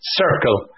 circle